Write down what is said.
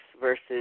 versus